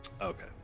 Okay